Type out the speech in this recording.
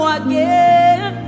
again